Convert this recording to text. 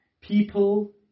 people